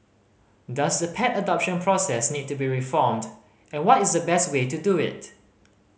does the pet adoption process need to be reformed and what is the best way to do it